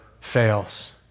fails